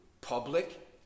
public